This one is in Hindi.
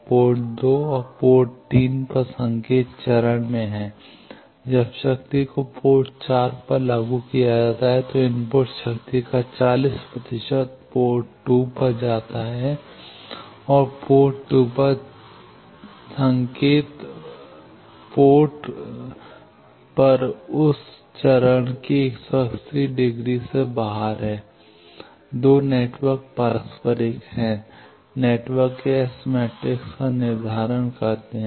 पोर्ट 2 और पोर्ट 3 पर संकेत चरण में हैं जब शक्ति को पोर्ट 4 पर लागू किया जाता है तो इनपुट शक्ति का 40 प्रतिशत पोर्ट 2 पर जाता है और पोर्ट 3 पर संकेत पोर्ट पर उस चरण के 180 डिग्री से बाहर है 2 नेटवर्क पारस्परिक है नेटवर्क के एस मैट्रिक्स का निर्धारण करते हैं